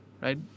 right